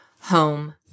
home